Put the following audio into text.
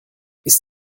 ist